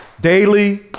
daily